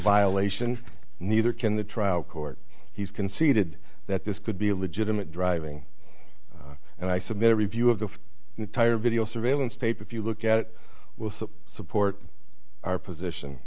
violation neither can the trial court he's conceded that this could be a legitimate driving and i submit a review of the entire video surveillance tape if you look at it will support our position